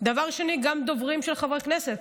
דבר שני, גם דוברים של חברי כנסת,